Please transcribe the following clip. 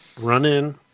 run-in